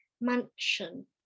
mansion